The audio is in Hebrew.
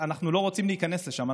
אנחנו לא רוצים להיכנס לשם,